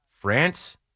France